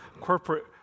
corporate